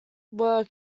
were